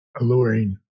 Alluring